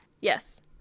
Yes